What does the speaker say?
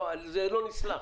זה לא נסלח.